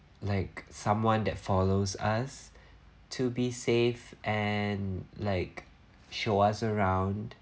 like someone that follows us to be safe and like show us around